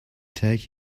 take